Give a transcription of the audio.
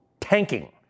tanking